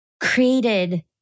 created